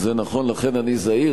זה נכון, לכן אני זהיר.